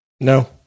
No